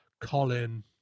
Colin